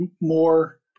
more